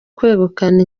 kwegukana